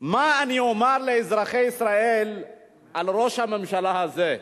מה אני אומַר לאזרחי ישראל על ראש הממשלה הזה.